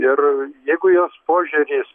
ir jeigu jos požiūris